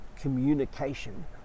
communication